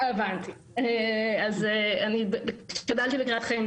גדלתי בקריית חיים,